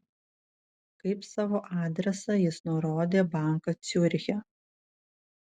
kaip savo adresą jis nurodė banką ciuriche